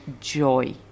joy